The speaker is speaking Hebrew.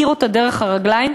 מכיר אותה דרך הרגליים,